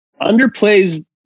underplays